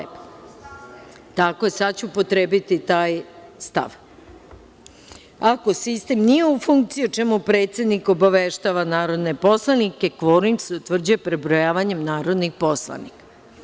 I stav 7.) Tako je, sada ću upotrebiti taj stav – ako sistem nije u funkciji, o čemu predsednik obaveštava narodne poslanik, kvorum se utvrđuje prebrojavanjem narodnih poslanika.